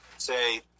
say